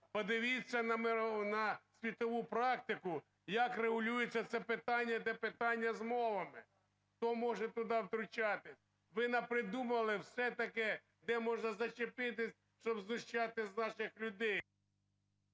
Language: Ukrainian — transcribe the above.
Поживіться на світову практику, як регулюється це питання, де питання з мовами, хто може туди втручатися. Ви напридумували все-таки, де можна зачепитися, щоб знущатися з наших людей.